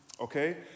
okay